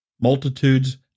multitudes